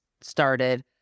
started